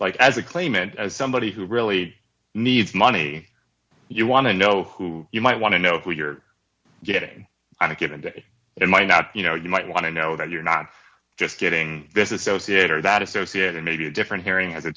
like as a claimant as somebody who really needs money you want to know who you might want to know who you're getting on a given day and why not you know you might want to know that you're not just getting this is sociate or that associate it may be a different hearing has a